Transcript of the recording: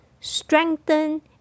strengthen